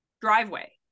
driveway